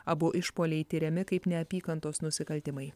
abu išpuoliai tiriami kaip neapykantos nusikaltimai